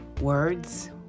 words